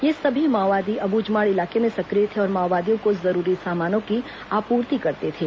ये सभी माओवादी अब्झमाड़ इलाके में सक्रिय थे और माओवादियों को जरूरी सामानों की आपूर्ति करते थे